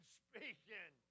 speaking